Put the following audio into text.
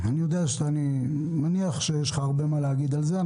אני מניח שיש לך הרבה מה להגיד על זה.